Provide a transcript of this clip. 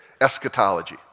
eschatology